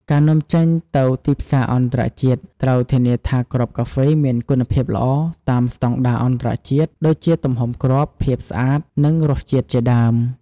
ការនាំចេញទៅទីផ្សារអន្តរជាតិ ត្រូវធានាថាគ្រាប់កាហ្វេមានគុណភាពល្អ តាមស្តង់ដារអន្តរជាតិ ដូចជាទំហំគ្រាប់ ភាពស្អាត និងរសជាតិជាដើម។